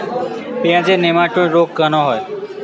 পেঁয়াজের নেমাটোড রোগ কেন হয়?